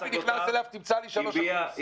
רבין נכנס אליו: תמצא לי 3%. -- הביא